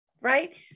right